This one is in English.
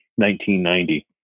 1990